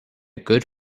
good